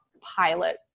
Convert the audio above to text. pilot